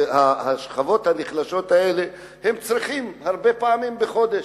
בשכבות הנחלשות האלה הם צריכים ללכת הרבה פעמים בחודש.